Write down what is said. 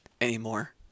anymore